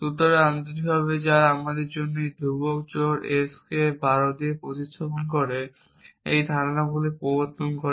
সুতরাং আন্তরিকভাবে যারা আমাদের জন্য একটি ধ্রুবক জোড় s k 12 দিয়ে প্রতিস্থাপন করে এই ধারণাগুলি প্রবর্তন করে